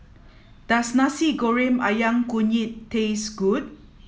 does Nasi Goreng Ayam Kunyit taste good